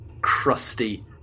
crusty